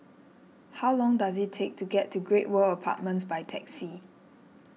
how long does it take to get to Great World Apartments by taxi